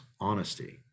honesty